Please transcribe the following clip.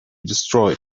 destroyed